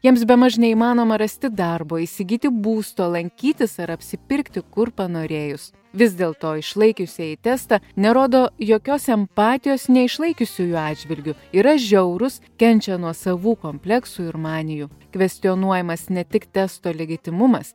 jiems bemaž neįmanoma rasti darbo įsigyti būsto lankytis ar apsipirkti kur panorėjus vis dėl to išlaikiusieji testą nerodo jokios empatijos neišlaikiusiųjų atžvilgiu yra žiaurūs kenčia nuo savų kompleksų ir manijų kvestionuojamas ne tik testo legitimumas